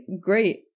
great